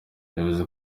bivuze